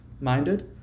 minded